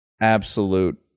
absolute